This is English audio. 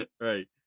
Right